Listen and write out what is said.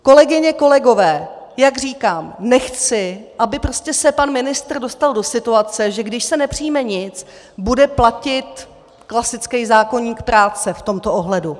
Kolegyně, kolegové, jak říkám, nechci, aby se prostě pan ministr dostal do situace, že když se nepřijme nic, bude platit klasický zákoník práce v tomto ohledu.